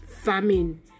Famine